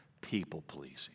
people-pleasing